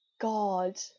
God